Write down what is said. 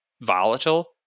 volatile